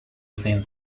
within